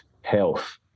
health